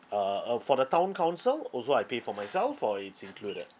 uh uh uh for the town council also I pay for myself or it's included